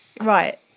right